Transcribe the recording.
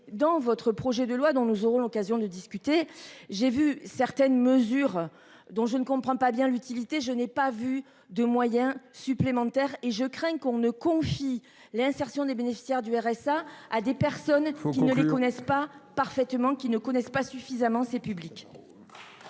dans votre projet de loi dans le zéro, l'occasion de discuter. J'ai vu certaines mesures dont je ne comprends pas bien l'utilité, je n'ai pas vu de moyens supplémentaires et je crains qu'on ne confie l'insertion des bénéficiaires du RSA à des personnes qui ne le connaissent pas parfaitement qu'ils ne connaissent pas suffisamment, c'est public.